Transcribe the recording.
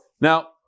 Now